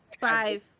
Five